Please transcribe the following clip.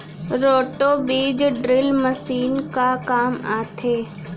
Roto बीज drill machine का काम आथे?